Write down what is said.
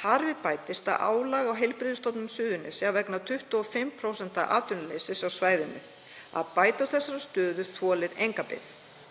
Þar við bætist álag á Heilbrigðisstofnun Suðurnesja vegna 25% atvinnuleysis á svæðinu. Að bæta úr þessari stöðu þolir enga bið.